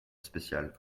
spécial